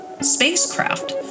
spacecraft